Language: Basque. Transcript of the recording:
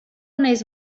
nahiz